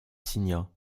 signa